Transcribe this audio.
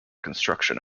construction